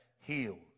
healed